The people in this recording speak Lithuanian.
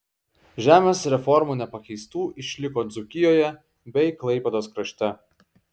žemės reformų nepakeistų išliko dzūkijoje bei klaipėdos krašte